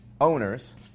owners